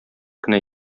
кенә